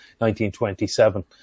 1927